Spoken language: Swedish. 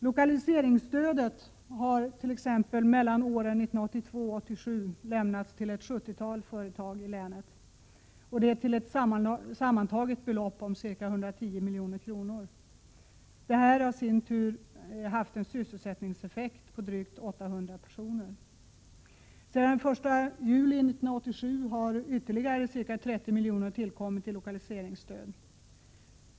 Lokaliseringsstöd har t.ex. lämnats 1982-1987 till ett sjuttiotal företag i länet och till ett belopp om totalt ca 110 milj.kr. Detta har också haft en sysselsättningseffekt för drygt 800 personer. Sedan den 1 juli 1987 har lokaliseringsstödet utvidgats med ytterligare ca 30 miljoner.